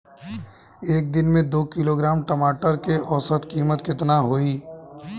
एक दिन में दो किलोग्राम टमाटर के औसत कीमत केतना होइ?